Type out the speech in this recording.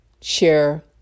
share